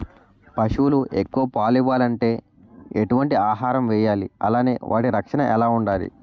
పశువులు ఎక్కువ పాలు ఇవ్వాలంటే ఎటు వంటి ఆహారం వేయాలి అలానే వాటి రక్షణ ఎలా వుండాలి?